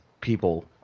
people